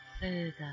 further